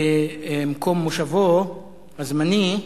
למקום מושבו הזמני.